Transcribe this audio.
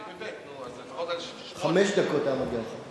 אני בבי"ת, נו, אז לפחות, חמש דקות היה מגיע לך.